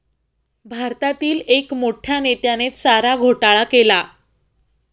भारतातील एक मोठ्या नेत्याने चारा घोटाळा केला